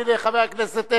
חבר הכנסת אדרי,